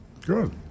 Good